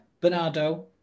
Bernardo